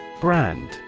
Brand